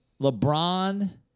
LeBron